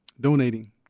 donating